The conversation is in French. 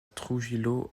trujillo